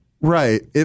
Right